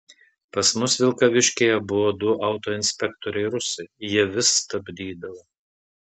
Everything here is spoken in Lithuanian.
pas mus vilkaviškyje buvo du autoinspektoriai rusai jie vis stabdydavo